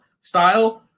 style